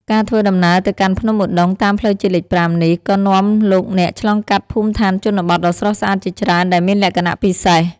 ការធ្វើដំណើរទៅកាន់ភ្នំឧដុង្គតាមផ្លូវជាតិលេខ៥ នេះ ក៏នាំលោកអ្នកឆ្លងកាត់ភូមិឋានជនបទដ៏ស្រស់ស្អាតជាច្រើនដែលមានលក្ខណៈពិសេស។